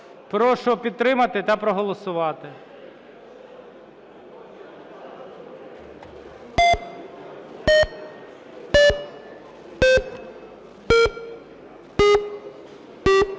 Прошу підтримати та проголосувати.